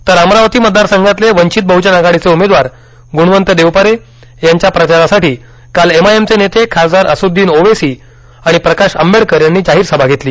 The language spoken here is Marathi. तर अमरावती मतदारसंघातले वंचित बहजन आघाडीचे उमेदवार ग्णवंत देवपारे यांच्या प्रचारासाठी काल एम आय एम चे नेते खासदार असदुद्दीन ओवैसी आणि प्रकाश आंबेडकर यांनी जाहीर सभा घेतली